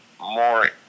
more